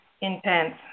intense